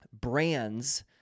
brands